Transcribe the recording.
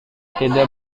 tidak